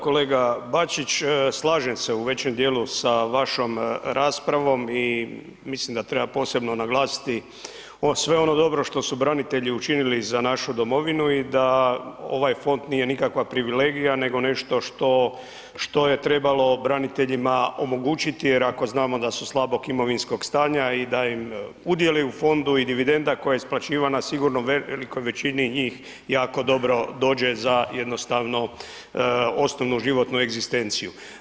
Kolega Bačić, slažem se u većem dijelu sa vašom raspravom i mislim da treba posebno naglasiti ono, sve ono dobro što su branitelji učinili za našu domovinu i da ovaj fond nije nikakva privilegija nego nešto što, što je trebalo braniteljima omogućiti jer ako znamo da su slabog imovinskog stanja i da im udjeli u fondu i dividenda koja je isplaćivana sigurno velikoj većini njih jako dobro dođe za jednostavno osnovnu životnu egzistenciju.